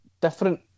different